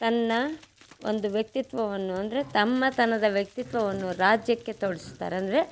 ತನ್ನ ಒಂದು ವ್ಯಕ್ತಿತ್ವವನ್ನು ಅಂದರೆ ತಮ್ಮತನದ ವ್ಯಕ್ತಿತ್ವವನ್ನು ರಾಜ್ಯಕ್ಕೆ ತೋರ್ಸ್ತಾರೆ ಅಂದರೆ